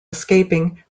escaping